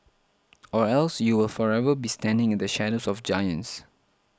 or else you will forever be standing in the shadows of giants